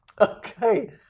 Okay